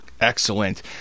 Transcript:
Excellent